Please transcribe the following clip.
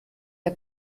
der